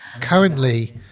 currently